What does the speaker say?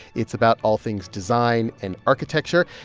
it's about all things design and architecture.